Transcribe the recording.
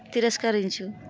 తిరస్కరించు